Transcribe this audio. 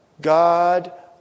God